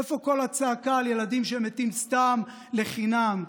איפה כל הצעקה על ילדים שמתים סתם, לחינם,